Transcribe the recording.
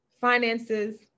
finances